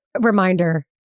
reminder